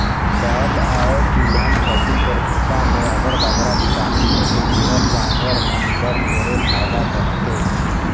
दाएल अए तिलहन फसिल कर बूसा में अब्बड़ बगरा बिटामिन होथे जेहर जानवर मन बर ढेरे फएदा करथे